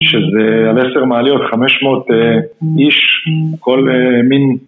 שזה על עשר מעליות, חמש מאות איש, כל מין